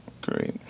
great